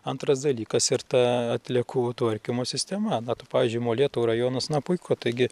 antras dalykas ir ta atliekų tvarkymo sistema na tai pavyzdžiui molėtų rajonas na puiku taigi